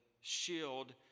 shield